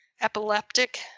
epileptic